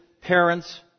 parents